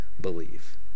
believe